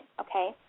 okay